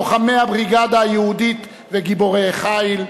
לוחמי הבריגדה היהודית וגיבורי החיל,